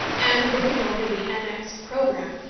and looking over the annexed programme,